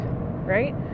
right